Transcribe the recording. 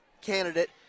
candidate